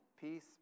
peace